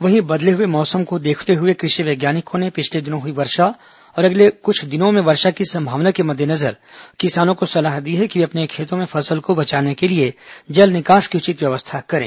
वहीं बदले हुए मौसम को देखते हुए कृषि वैज्ञानिकों ने पिछले दिनों हुई वर्षा और अगले कुछ दिनों में वर्षा की संभावना के मद्देनजर किसानों को सलाह दी है कि वे अपने खेतों में फसल को बचाने के लिए जल निकास की उचित व्यवस्था करें